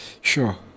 Sure